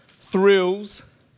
thrills